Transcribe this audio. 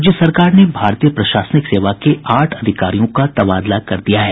राज्य सरकार ने भारतीय प्रशासनिक सेवा के आठ अधिकारियों का तबादला कर दिया है